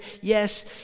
Yes